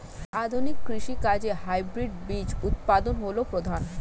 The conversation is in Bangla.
আধুনিক কৃষি কাজে হাইব্রিড বীজ উৎপাদন হল প্রধান